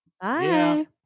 Bye